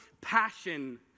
passion